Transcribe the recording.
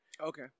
Okay